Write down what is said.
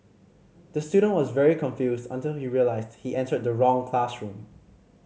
the student was very confused until he realised he entered the wrong classroom